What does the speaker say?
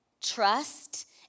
trust